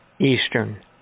Eastern